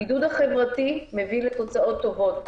הבידוד החברתי מביא לתוצאות טובות.